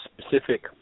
specific